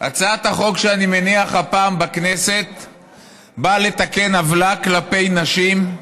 הצעת החוק שאני מניח הפעם בכנסת באה לתקן עוולה כלפי נשים.